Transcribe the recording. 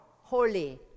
holy